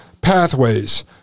Pathways